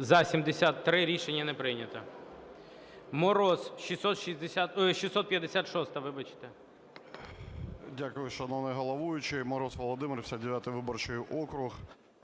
За-73 Рішення не прийнято. Мороз, 656-а. 10:16:10 МОРОЗ В.В. Дякую, шановний головуючий. Мороз Володимир, 59 виборчий округ.